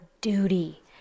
duty